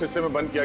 there were but yeah